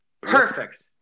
Perfect